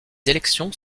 élections